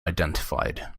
identified